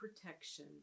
protection